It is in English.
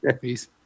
Peace